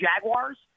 Jaguars